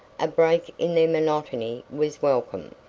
a break in their monotony was welcome.